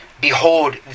Behold